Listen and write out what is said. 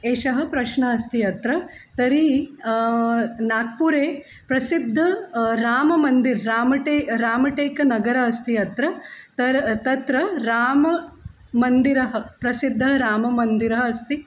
एषः प्रश्नः अस्ति अत्र तर्हि नाग्पुरे प्रसिद्धः रामन्दिरं रामटे रामटेकनगरम् अस्ति अत्र तत्र तत्र राममन्दिरम् प्रसिद्धः राममन्दिरम् अस्ति